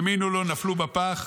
האמינו לו, נפלו בפח.